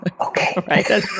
Okay